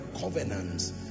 covenants